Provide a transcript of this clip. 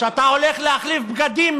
כשאתה הולך להחליף בגדים,